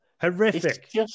Horrific